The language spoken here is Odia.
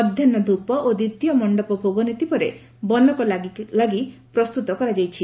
ମଧ୍ଧାହୁ ଧ୍ରପ ଓ ଦ୍ୱିତୀୟ ମଣ୍ଡପ ଭୋଗ ନୀତି ପରେ ବନକ ଲାଗି ପାଇଁ ପ୍ରସ୍ତୁତ କରାଯାଉଛି